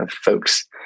folks